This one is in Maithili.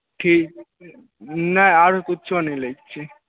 ठीकहिनै आरो किच्छो नहि लैक छै